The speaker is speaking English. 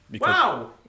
Wow